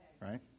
Right